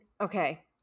okay